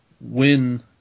win